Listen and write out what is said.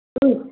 ம்